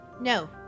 No